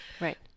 Right